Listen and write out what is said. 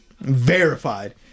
Verified